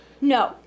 No